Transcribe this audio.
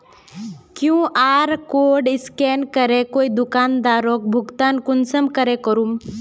QR code scan करे कोई दुकानदारोक भुगतान कुंसम करे करूम?